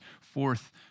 fourth